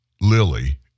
Lily